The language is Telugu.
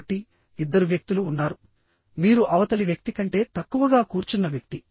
కాబట్టిఇద్దరు వ్యక్తులు ఉన్నారు మీరు అవతలి వ్యక్తి కంటే తక్కువగా కూర్చున్న వ్యక్తి